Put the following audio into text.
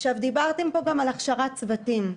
דיברתם פה גם על הכשרת צוותים.